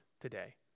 today